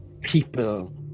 people